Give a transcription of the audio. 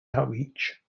outreach